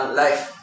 life